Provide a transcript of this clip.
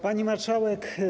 Pani Marszałek!